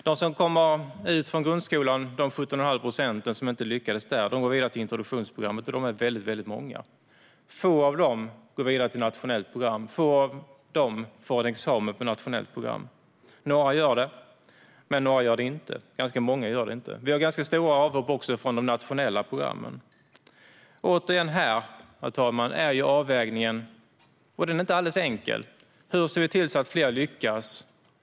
De 17 1⁄2 procent som inte lyckades med grundskolan går vidare till introduktionsprogrammet, och det är väldigt många. Få av dem går vidare till ett nationellt program. Få av dem får en examen från ett nationellt program. Några får det, men ganska många får det inte. Det är också ganska stora avhopp från de nationella programmen. Herr talman! Det är återigen en avvägning, och den är inte alldeles enkel att göra. Hur ser vi till att fler lyckas?